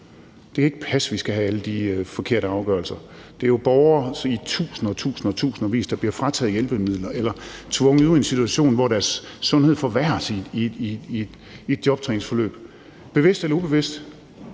Det kan ikke passe, at vi skal have alle de forkerte afgørelser. Det er jo borgere i tusindvis og tusindvis, der bliver frataget hjælpemidler eller tvunget ud i en situation, hvor deres sundhed forværres i et jobtræningsforløb. Om det er bevidst